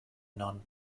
non